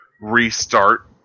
restart